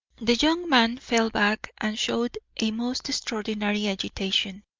the young man fell back and showed a most extraordinary agitation,